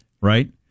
right